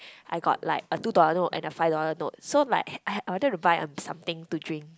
I got like a two dollar note and a five dollar note so like I I wanted to buy um something to drink